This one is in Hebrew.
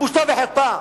בושה וחרפה.